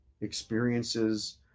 experiences